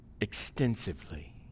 extensively